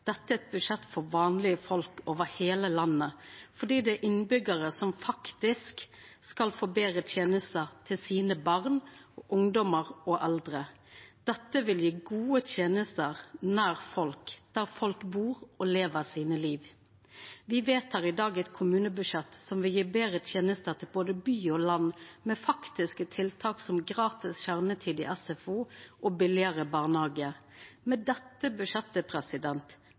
Dette er eit budsjett for vanlege folk over heile landet, for det er innbyggjarane som faktisk skal få betre tenester til sine barn, ungdomar og eldre. Dette vil gje gode tenester nær folk, der folk bur og lever sitt liv. Me vedtek i dag eit kommunebudsjett som vil gje betre tenester til både by og land, med faktiske tiltak som gratis kjernetid i SFO og billegare barnehage. Med dette budsjettet